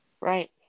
right